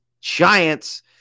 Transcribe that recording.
giants